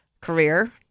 career